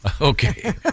Okay